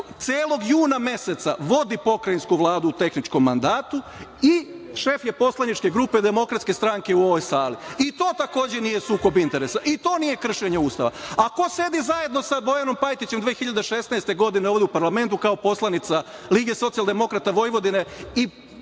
celog juna meseca vodi Pokrajinsku vladu u tehničkom mandatu i šef je poslaničke grupe DS u ovoj sali i to takođe nije sukob interesa i to nije kršenje Ustava. A ko sedi zajedno sa Bojanom Pajtićem 2016. godine ove u parlamentu, kao poslanica Lige-socijaldemokrata Vojvodine i u